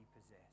possess